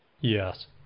yes